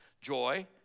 joy